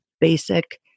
basic